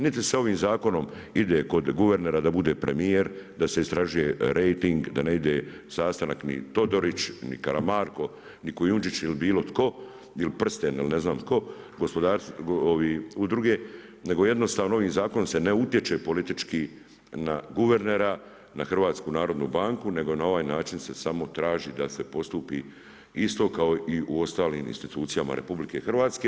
Niti se ovim zakonom ide kod guvernera da bude premijer, da se istražuje rejting da ne ide sastanak ni Todorić ni Karamarko ni Kujundžić ili bilo tko ili prsten ili ne znam tko udruge nego jednostavno ovim zakonom se ne utječe politički na guvernera na HNB nego na ovaj način se samo traži da se postupi isto kao i u ostalim institucijama RH.